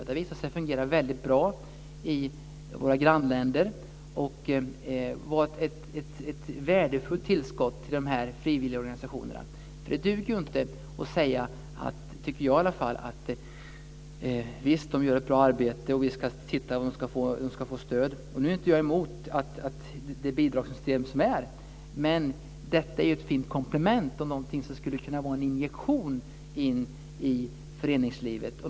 Det har visat sig fungera väldigt bra i våra grannländer och vara ett värdefullt tillskott till de frivilliga organisationerna. Det duger inte att säga att de gör ett bra arbete och att de ska få stöd. Jag är inte emot det bidragssystem som finns, men detta är ett fint komplement och skulle kunna vara en injektion i föreningslivet.